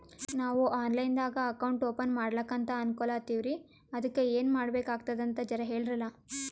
ನಾವು online ದಾಗ account open ಮಾಡ್ಲಕಂತ ಅನ್ಕೋಲತ್ತೀವ್ರಿ ಅದಕ್ಕ ಏನ ಮಾಡಬಕಾತದಂತ ಜರ ಹೇಳ್ರಲ?